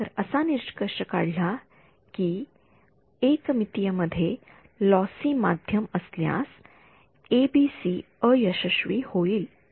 तर असा निष्कर्ष काढला आहे की एक मितीय मध्ये लॉसी माध्यम असल्यास एबीसी अयशस्वी होईल